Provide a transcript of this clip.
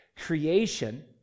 creation